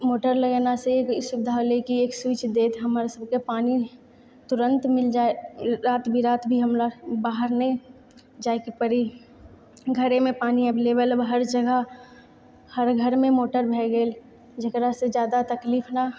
motor लगेलासँ एगो ई सुविधा होलै की एक स्विच दैत हमर सबके पानि तुरन्त मील जाए रात विरात भी हमरा बाहर नहि जाइके पड़ै घरेमे पानि एवलेबल हर जगह हर घरमे मोटर भए गेल जकरासँ जादा तकलीफ नहि